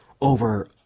over